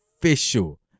Official